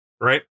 Right